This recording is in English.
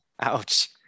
Ouch